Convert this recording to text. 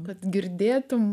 kad girdėtumei